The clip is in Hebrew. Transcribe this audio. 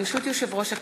ברשות יושב-ראש הכנסת,